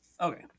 Okay